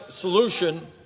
solution